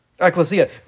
Ecclesia